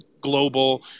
global